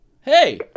Hey